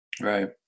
Right